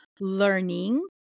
learning